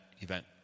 event